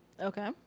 Okay